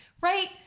right